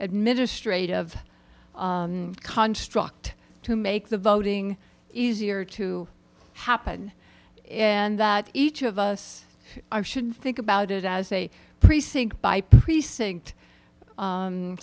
administrative construct to make the voting easier to happen and that each of us i should think about it as a precinct by precinct